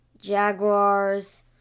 Jaguars